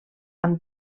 amb